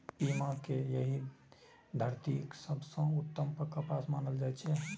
पीमा कें एहि धरतीक सबसं उत्तम कपास मानल जाइ छै